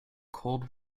cold